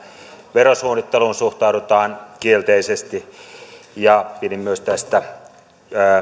verosuunnitteluun suhtaudutaan kielteisesti pidin myös tästä